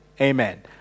Amen